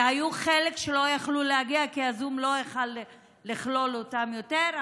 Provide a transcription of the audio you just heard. היו חלק שלא יכלו להגיע כי הזום לא יכול היה לכלול אותם יותר,